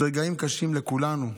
אלו רגעים קשים לכולנו,